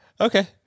okay